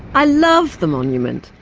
i love the monument.